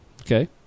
Okay